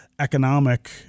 economic